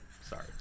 Sorry